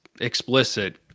explicit